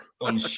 on